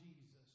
Jesus